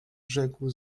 rzekł